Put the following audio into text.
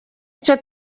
icyo